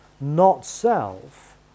not-self